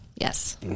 Yes